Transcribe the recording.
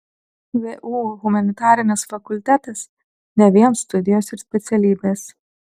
vu humanitarinis fakultetas ne vien studijos ir specialybės